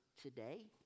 today